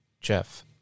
Jeff